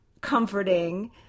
comforting